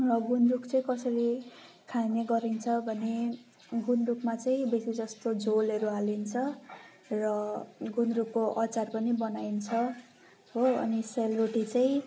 र गुन्द्रुक चाहिँ कसरी खाने गरिन्छ भने गुन्द्रुकमा चाहिँ बेसी जस्तो झोलहरू हालिन्छ र गुन्द्रुकको अचार पनि बनाइन्छ हो अनि सेलरोटी चाहिँ